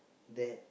that